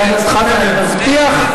צריך לעשות קצת פה, חבר הכנסת חזן, אני מבטיח,